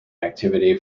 activity